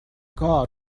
کار